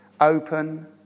open